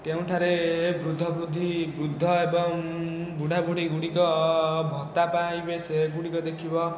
କେଉଁଠାରେ ବୃଦ୍ଧ ବୃଦ୍ଧି ବୃଦ୍ଧ ଏବଂ ବୁଢ଼ା ବୁଢ଼ିଗୁଡ଼ିକ ଭତ୍ତା ପାଇବେ ସେଗୁଡ଼ିକ ଦେଖିବ